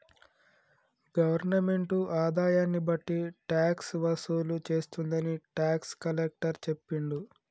government ఆదాయాన్ని బట్టి tax వసూలు చేస్తుందని టాక్స్ కలెక్టర్ చెప్పిండు